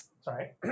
sorry